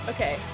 Okay